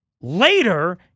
later